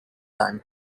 plenty